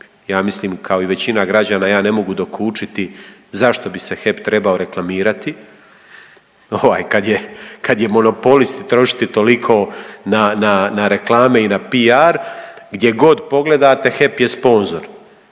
ja mislim kao i većina građana ja ne mogu dokučiti zašto bi se HEP trebao reklamirati kada je monopolist i trošiti toliko na reklame i PR. Gdje god pogledate HEP je sponzor.